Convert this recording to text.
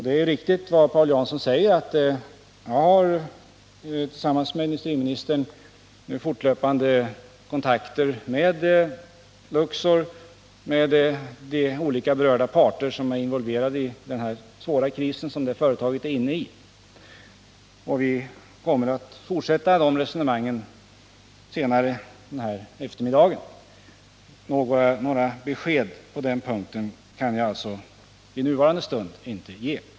Det är riktigt som Paul Jansson säger att jag tillsammans med industriministern har fortlöpande kontakter med Luxor och med de olika parter som är involverade i denna svåra kris. Vi kommer att fortsätta dessa resonemang senare i eftermiddag. Några besked på den punkten kan jag alltså i nuvarande stund inte ge.